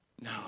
No